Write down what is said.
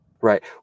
Right